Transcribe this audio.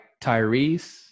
Tyrese